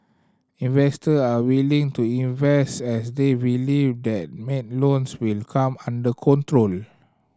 investor are willing to invest as they believe that bad loans will come under control